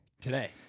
today